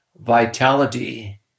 vitality